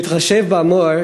בהתחשב באמור,